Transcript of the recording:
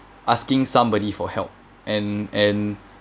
asking somebody for help and and